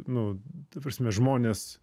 nu ta prasme žmonės